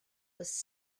was